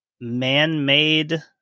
man-made